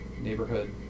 Neighborhood